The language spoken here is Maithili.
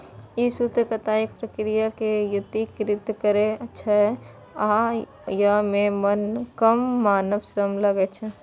ई सूत कताइक प्रक्रिया कें यत्रीकृत करै छै आ अय मे कम मानव श्रम लागै छै